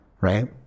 Right